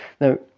Now